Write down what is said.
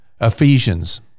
Ephesians